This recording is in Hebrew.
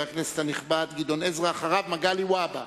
חבר הכנסת מגלי והבה,